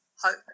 hope